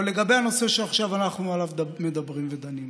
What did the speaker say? אבל לגבי הנושא שעליו אנחנו עכשיו מדברים ודנים,